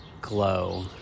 glow